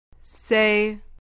Say